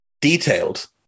detailed